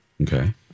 Okay